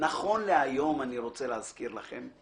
נכון להיום, אני רוצה להזכיר לכם,